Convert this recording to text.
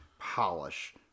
polish